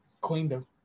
Queendom